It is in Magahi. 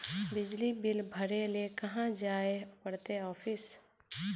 बिजली बिल भरे ले कहाँ जाय पड़ते ऑफिस?